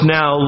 now